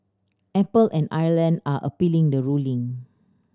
Apple and Ireland are appealing the ruling